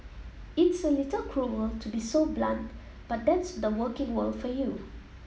it's a little cruel to be so blunt but that's the working world for you